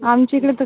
आमच्या इकडे तर